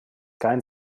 kein